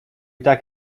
tak